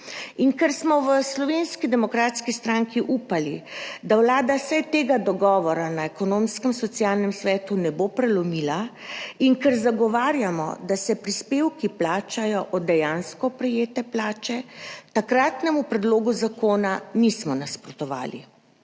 Ker smo v Slovenski demokratski stranki upali, da Vlada vsaj tega dogovora na Ekonomsko-socialnem svetu ne bo prelomila, in ker zagovarjamo, da se prispevki plačajo od dejansko prejete plače, takratnemu predlogu zakona nismo nasprotovali.